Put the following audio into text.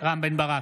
רם בן ברק,